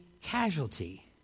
casualty